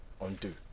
undo